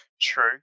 True